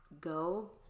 go